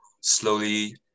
slowly